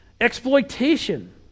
Exploitation